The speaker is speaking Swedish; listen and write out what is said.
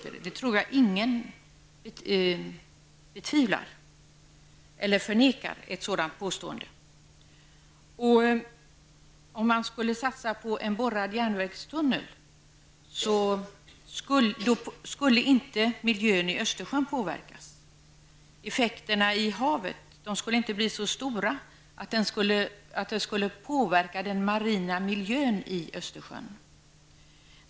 Det påståendet tror jag ingen betvivlar eller förnekar. Om man skulle satsa på en borrad järnvägstunnel skulle inte miljön i Östersjön påverkas. Effekterna i havet skulle inte bli så stora att det skulle påverka den marina miljön i Östersjön.